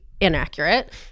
inaccurate